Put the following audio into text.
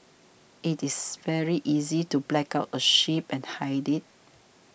it is very easy to black out a ship and hide it